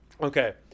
Okay